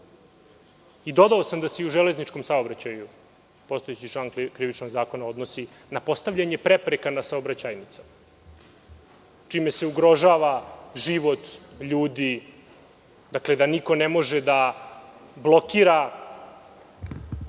i dodao sam da se i u železničkom saobraćaju postojeći član Krivičnog zakona odnosi na postavljanje prepreka na saobraćajnice, čime se ugrožava život ljudi, da niko ne može da blokira